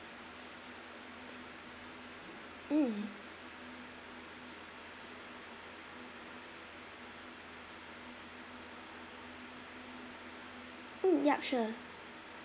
mm mm yup sure